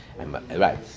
Right